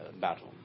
Battle